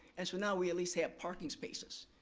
and so now we at least have parking spaces.